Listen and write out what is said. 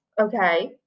Okay